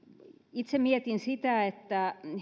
itse mietin sitä että